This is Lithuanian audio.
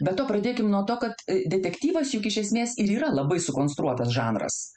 be to pradėkim nuo to kad detektyvas juk iš esmės ir yra labai sukonstruotas žanras